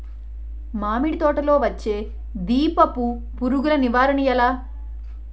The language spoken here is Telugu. మామిడి తోటలో వచ్చే దీపపు పురుగుల నివారణ ఎలా?